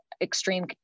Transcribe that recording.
extreme